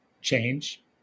change